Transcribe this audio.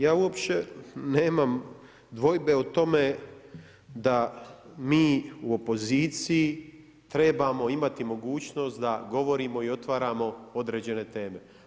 Ja uopće nemam dvojbe o tome da mi u opoziciji trebamo imati mogućnost da govorimo i otvaramo određene teme.